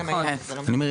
אני אומר,